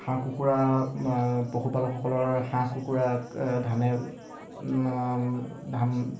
হাঁহ কুকুৰা পশুপালকসকলৰ হাঁহ কুকুৰাক ধানে ধান